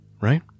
Right